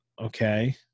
Okay